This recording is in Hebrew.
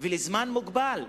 ולזמן מוגבל.